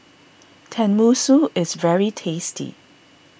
Tenmusu is very tasty